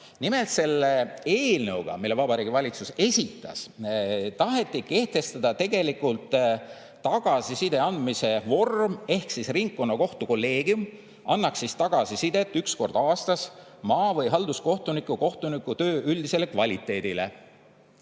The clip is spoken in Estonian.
Nimelt, selle eelnõuga, mille Vabariigi Valitsus esitas, taheti kehtestada tegelikult tagasiside andmise vorm ehk siis ringkonnakohtu kolleegium annaks tagasisidet üks kord aastas maa‑ või halduskohtuniku kohtunikutöö üldisele kvaliteedile.